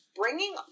bringing